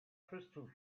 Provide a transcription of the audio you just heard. crystal